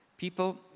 People